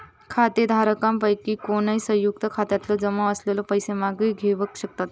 खातेधारकांपैकी कोणय, संयुक्त खात्यातले जमा असलेले पैशे मागे घेवक शकतत